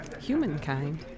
humankind